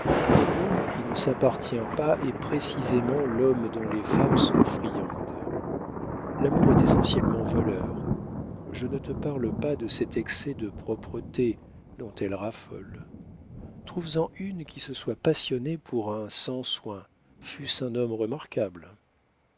l'homme qui ne s'appartient pas est précisément l'homme dont les femmes sont friandes l'amour est essentiellement voleur je ne te parle pas de cet excès de propreté dont elles raffolent trouves en une qui se soit passionnée pour un sans soin fût-ce un homme